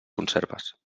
conserves